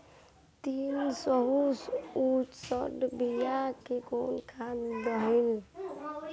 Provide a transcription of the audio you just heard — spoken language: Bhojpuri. तीन सउ चउसठ बिया मे कौन खाद दलाई?